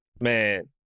Man